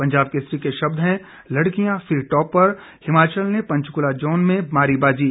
पंजाब केसरी के शब्द हैं लड़कियां फिर टॉपर हिमाचल ने पंचकूला जोन में मारी बाजी